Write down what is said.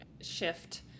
shift